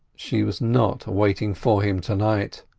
she was not waiting for him to-night.